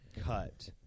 cut